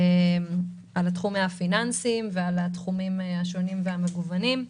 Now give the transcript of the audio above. תחומי הפיננסים והתחומים השונים והמגוונים.